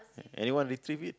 anyone retrieve it